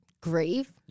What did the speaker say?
grieve